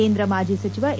ಕೇಂದ್ರ ಮಾಜಿ ಸಚಿವ ಎ